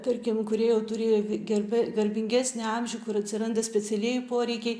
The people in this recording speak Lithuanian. tarkim kurie jau turi gerbe garbingesnį amžių kur atsiranda specialieji poreikiai